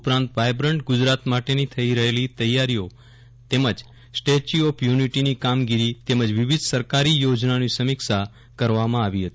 ઉપરાંત વાયબ્રન્ટ ગુજરાત માટેની થઇ રહેલી તૈયારીઓ તેમજ સ્ટેચ્યુ ઓફ યુનિટીની કામગીરી તેમજ વિવિધ સરકારી યોજનાઓની સમીક્ષા કરવામાં આવી હતી